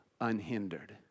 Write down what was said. unhindered